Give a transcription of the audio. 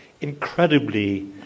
incredibly